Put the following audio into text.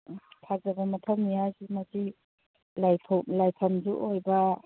ꯐꯖꯕ ꯃꯐꯝꯅꯤ ꯍꯥꯏꯗꯤ ꯃꯁꯤ ꯂꯥꯏꯐꯝꯁꯨ ꯑꯣꯏꯕ